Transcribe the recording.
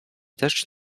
deszcz